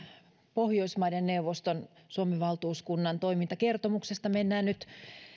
pohjoismaiden neuvoston suomen valtuuskunnan toimintakertomuksesta mennään nyt